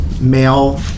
male